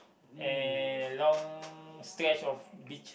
and long stretch of beach